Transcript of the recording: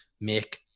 make